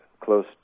close